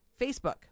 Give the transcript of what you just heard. Facebook